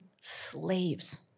slaves